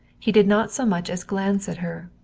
he did not so much as glance at her.